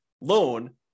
loan